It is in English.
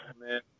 Man